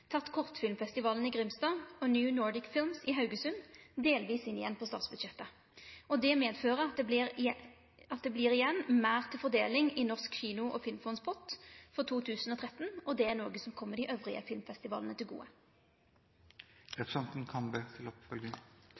Kortfilmfestivalen i Grimstad og New Nordic Films i Haugesund delvis inn igjen på statsbudsjettet. Det medfører at det vert igjen meir til fordeling i Norsk kino- og filmfonds pott for 2013, og det er noko som kjem dei andre filmfestivalane til